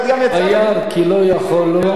"וירא כי לא יכול לו,